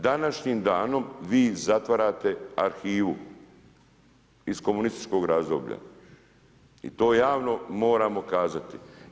Današnjim danom vi zatvarate arhivu iz komunističkog razdoblja i to javno moramo kazati.